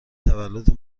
تولد